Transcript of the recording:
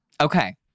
Okay